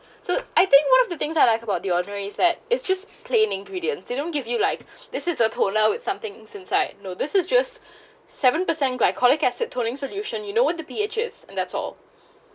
so I think one of the things I like about the ordinary set it's just plain ingredients they don't give you like this is a toner with something since like no this is just seven percent glycolic acid toning solution you know what the P_H is and that's all